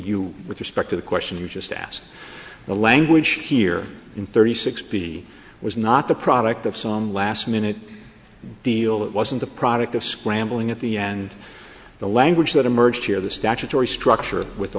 you with respect to the question you just asked the language here in thirty six b was not the product of some last minute deal that wasn't the product of scrambling at the end the language that emerged here the statutory structure with the